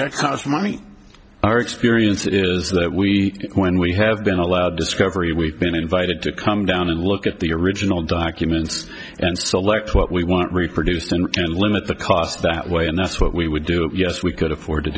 records our experience is that we when we have been allowed discovery we've been invited to come down and look at the original documents and select what we want reproduce and limit the cost that way and that's what we would do yes we could afford to